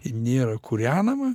nėra kūrenama